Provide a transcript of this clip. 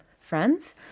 friends